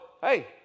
hey